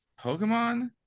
Pokemon